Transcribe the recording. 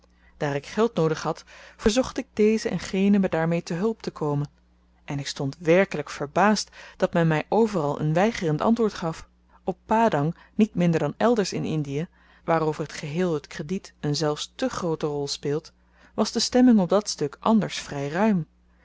daar ik geld noodig had verzocht ik dezen en genen me daarmee te hulp te komen en ik stond werkelyk verbaasd dat men my overal een weigerend antwoord gaf op padang niet minder dan elders in indie waar over t geheel het krediet een zelfs te groote rol speelt was de stemming op dat stuk anders vry ruim